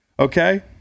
Okay